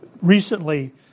Recently